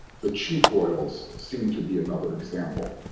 the cheap hoyles seem to be another example.